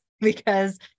because-